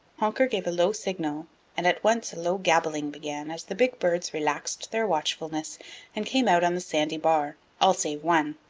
honker gave a low signal and at once a low gabbling began as the big birds relaxed their watchfulness and came out on the sandy bar, all save one.